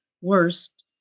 worst